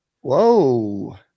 Whoa